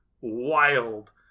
wild